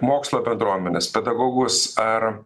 mokslo bendruomenes pedagogus ar